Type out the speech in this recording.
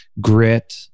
grit